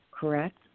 correct